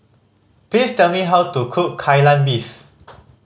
please tell me how to cook Kai Lan Beef